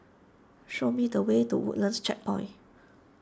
show me the way to Woodlands Checkpoint